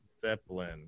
Zeppelin